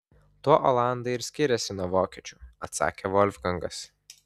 tuo olandai ir skiriasi nuo vokiečių atsakė volfgangas